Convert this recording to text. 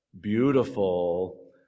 beautiful